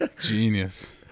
genius